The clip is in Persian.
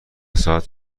ساعت